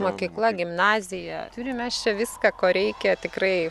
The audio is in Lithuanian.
mokykla gimnazija turim mes čia viską ko reikia tikrai